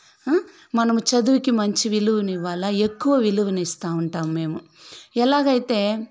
మనము చదువుకి మంచి విలువను ఇవ్వాల ఎక్కువ విలువను ఇస్తూ ఉంటాము మేము ఎలాగైతే